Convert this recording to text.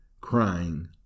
crying